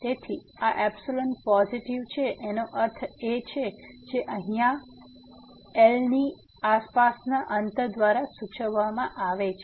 તેથી આ epsilon positive એનો અર્થ છે જે અહીં આ L ની આસપાસના અંતર દ્વારા સૂચવવામાં આવે છે